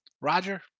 Roger